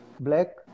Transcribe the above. black